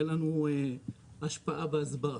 אין לנו השפעה בהסברה.